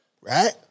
right